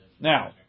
Now